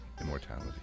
Immortality